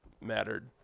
mattered